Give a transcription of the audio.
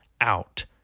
out